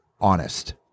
honest